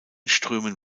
strömen